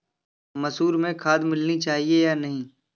मसूर में खाद मिलनी चाहिए या नहीं?